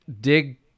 dig